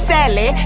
Sally